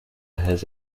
has